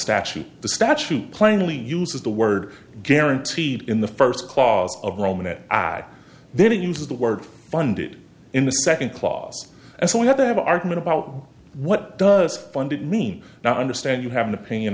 statute the statute plainly uses the word guaranteed in the first clause of roman it i then use the word funded in the second clause and so we have that argument about what does funded mean now i understand you have an opinion